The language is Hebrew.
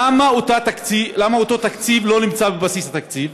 למה אותו תקציב לא נמצא בבסיס התקציב?